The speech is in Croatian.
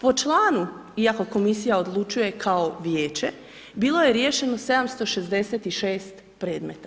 Po članu, iako komisija odlučuje kao vijeće, bilo je riješeno 766 predmeta.